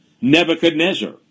Nebuchadnezzar